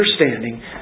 understanding